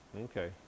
Okay